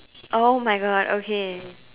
!oh-my-God! okay